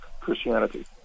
Christianity